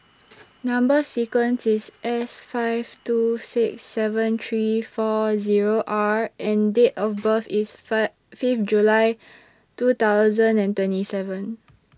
Number sequence IS S five two six seven three four Zero R and Date of birth IS Fifth July two thousand and twenty seven